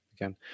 Again